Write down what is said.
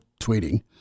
tweeting